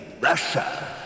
Russia